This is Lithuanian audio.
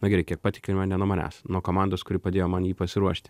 na gerai kiek patikimą ne nuo manęs nuo komandos kuri padėjo man jį pasiruošti